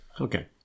Okay